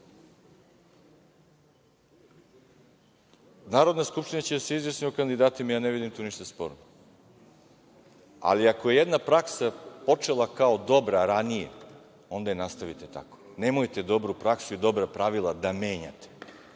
rad. Narodna skupština će da se izjasni o kandidatima, ne vidim tu ništa sporno, ali ako je jedna praksa počela kao dobra ranije, onda je nastavite tako, nemojte dobru praksu i dobra pravila da menjate